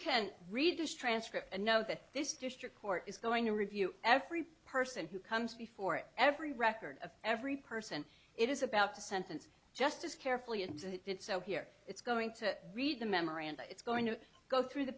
can read this transcript and know that this district court is going to review every person who comes before every record of every person it is about the sentence just as carefully and it so here it's going to read the memory and it's going to go through the